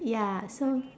ya so